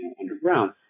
underground